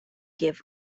give